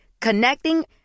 Connecting